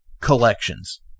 collections